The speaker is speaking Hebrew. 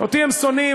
אותי הם שונאים,